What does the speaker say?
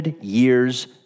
years